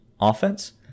offense